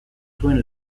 zuen